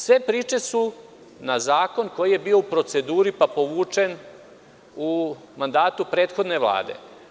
Sve priče su na zakon koji je bio u proceduri, pa povučen u mandatu prethodne Vlade.